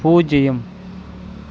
பூஜ்யம்